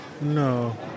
No